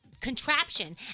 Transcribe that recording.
contraption